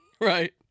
right